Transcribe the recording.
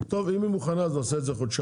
טוב, אם היא מוכנה אז נעשה את זה חודשיים.